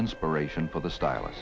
inspiration for the styl